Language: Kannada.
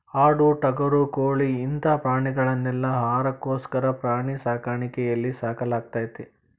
ಆಡು ಟಗರು ಕೋಳಿ ಇಂತ ಪ್ರಾಣಿಗಳನೆಲ್ಲ ಆಹಾರಕ್ಕೋಸ್ಕರ ಪ್ರಾಣಿ ಸಾಕಾಣಿಕೆಯಲ್ಲಿ ಸಾಕಲಾಗ್ತೇತಿ